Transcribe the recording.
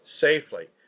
safely